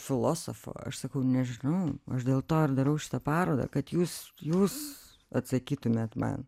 filosofo aš sakau nežinau aš dėl to ir darau šitą parodą kad jūs jūs atsakytumėt man